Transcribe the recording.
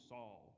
Saul